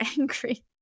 angry